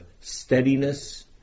steadiness